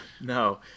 No